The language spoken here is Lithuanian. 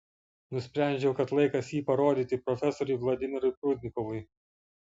nusprendžiau kad laikas jį parodyti profesoriui vladimirui prudnikovui